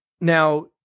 Now